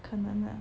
可能啊